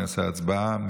הצבעה.